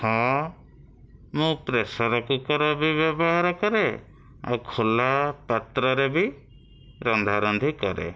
ହଁ ମୁଁ pressure cooker ବି ବ୍ୟବହାର କରେ ଆଉ ଖୁଲା ପାତ୍ରରେ ବି ରନ୍ଧାରନ୍ଧି କରେ